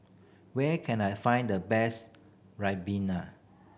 where can I find the best ribena